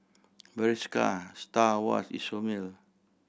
Bershka Star Awards Isomil